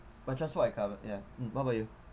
but transport I cover ya what about you